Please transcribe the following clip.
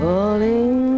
Falling